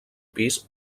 pis